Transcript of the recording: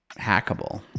hackable